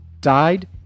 died